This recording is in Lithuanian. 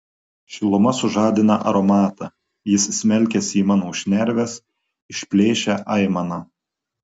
šiluma sužadina aromatą jis smelkiasi į mano šnerves išplėšia aimaną